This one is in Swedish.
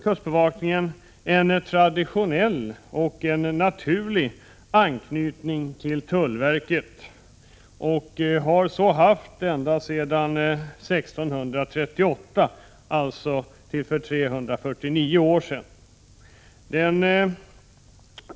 Kustbevakningen har en traditionell och naturlig anknytning till tullverket och har så haft ända sedan 1638, alltså sedan 349 år tillbaka.